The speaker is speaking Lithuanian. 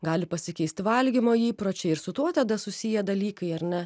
gali pasikeisti valgymo įpročiai ir su tuo tada susiję dalykai ar ne